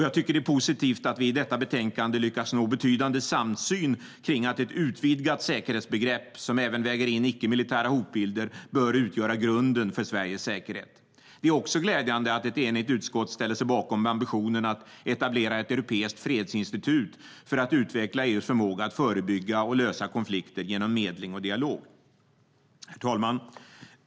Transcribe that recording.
Jag tycker att det är positivt att vi i detta betänkande lyckats nå betydande samsyn kring att ett utvidgat säkerhetsbegrepp, som även väger in icke-militära hotbilder, bör utgöra grunden för Sveriges säkerhet. Och det är glädjande att ett enigt utskott ställer sig bakom ambitionen att etablera ett europeiskt fredsinstitut för att utveckla EU:s förmåga att förebygga och lösa konflikter genom medling och dialog. Herr talman!